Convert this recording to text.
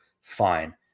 Fine